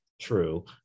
true